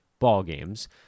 ballgames